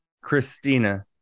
Christina